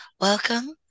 Welcome